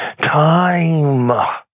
time